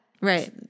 Right